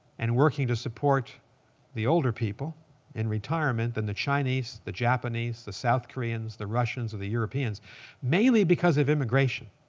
and working to support the older people in retirement than the chinese, the japanese, the south koreans, the russians, or the europeans mainly because of immigration.